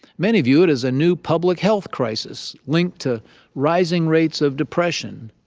many view it as a new public health crisis linked to rising rates of depression,